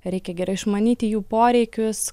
reikia gerai išmanyti jų poreikius